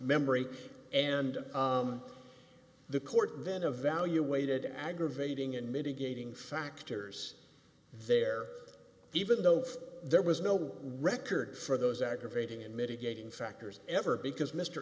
memory and the court vent evaluated aggravating and mitigating factors there even though there was no record for those aggravating and mitigating factors ever because mr